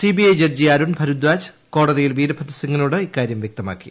CBI ജഡ്ജിൽരുൺ ഭരദാജ് കോടതിയിൽ വിരഭദ്ര സിങ്ങിനോട് ഇക്കാര്യം പ്പ്യക്തമാക്കി